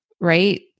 right